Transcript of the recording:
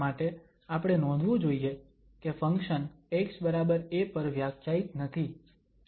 માટે આપણે નોંધવું જોઈએ કે ફંક્શન xa પર વ્યાખ્યાયિત નથી